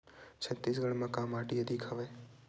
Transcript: छत्तीसगढ़ म का माटी अधिक हवे?